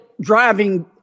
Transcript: driving